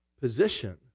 position